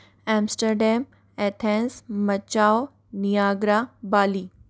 Amsterdam Athens Macau niagara Bali